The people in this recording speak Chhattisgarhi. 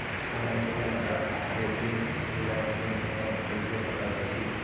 मैं ए.टी.एम कारड के पिन भुलाए गे हववं कइसे पता चलही?